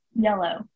Yellow